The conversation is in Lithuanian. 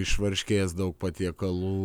iš varškės daug patiekalų